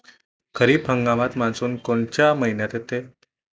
खरीप हंगामात मान्सून कोनच्या मइन्यात येते?